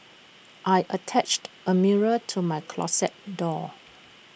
I attached A mirror to my closet door